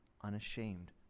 unashamed